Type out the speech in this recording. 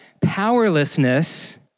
powerlessness